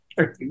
Okay